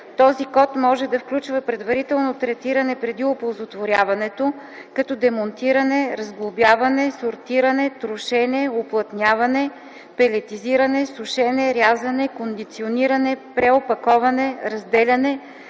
този код може да включва предварително третиране преди оползотворяването, като демонтиране, разглобяване, сортиране, трошене, уплътняване, пелетизиране, сушене, рязане, кондициониране, преопаковане, разделяне,